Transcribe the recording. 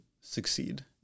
succeed